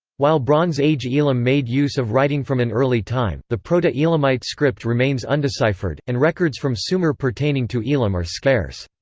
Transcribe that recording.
while bronze age elam made use of writing from an early time, the proto-elamite script remains undeciphered, and records from sumer pertaining to elam are scarce.